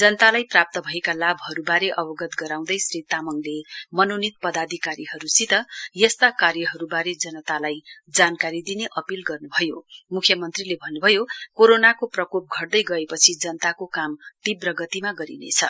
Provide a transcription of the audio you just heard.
जनतालाई प्राप्त भएका लाभहरूबारे अवगत गराउँदै श्री तामाङले मनोनित पदाधिकारीहरूसित यस्ता कार्यहरूबारे जनतालाई जानकारी दिने अपील गर्नुभयो मुख्यमन्त्रीले भन्नुभयो कोरोनाको प्रकोप घट्दै गएपछि जनताको काम तीब्र गतिमा गरिनेछ